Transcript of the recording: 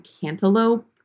cantaloupe